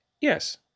yes